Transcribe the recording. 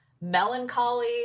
melancholy